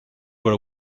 were